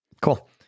Cool